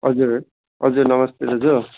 हजुर हजुर नमस्ते दाजु